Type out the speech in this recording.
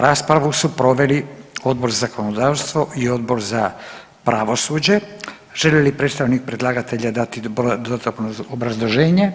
Raspravu su proveli Odbor za zakonodavstvo i odbor za pravosuđe, želi li predstavnik predlagatelja dati dodatno obrazloženje?